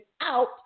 out